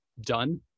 done